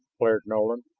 flared nolan.